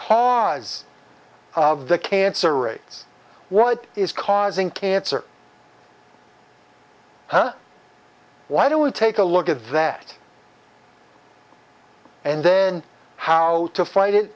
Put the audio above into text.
cause of the cancer rates what is causing cancer why don't we take a look at that and then how to fight it